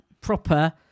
proper